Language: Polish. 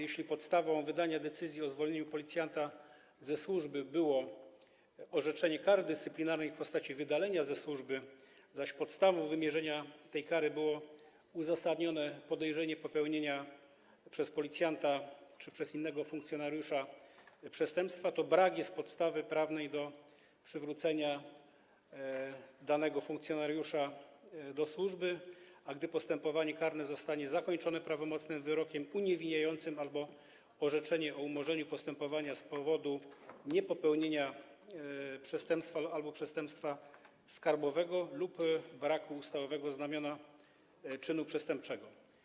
Jeśli podstawą wydania decyzji o zwolnieniu policjanta ze służby było orzeczenie kary dyscyplinarnej w postaci wydalenia ze służby, zaś podstawą wymierzenia tej kary było uzasadnione podejrzenie popełnienia przez policjanta - czy innego funkcjonariusza - przestępstwa, to nie ma podstawy prawnej do przywrócenia danego funkcjonariusza do służby, gdy postępowanie karne zostanie zakończone prawomocnym wyrokiem uniewinniającym albo orzeczeniem o umorzeniu postępowania z powodu niepopełnienia przestępstwa albo przestępstwa skarbowego lub braku ustawowych znamion czynu przestępczego.